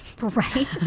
right